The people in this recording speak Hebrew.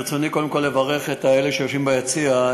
ברצוני קודם כול לברך את אלה שיושבים ביציע,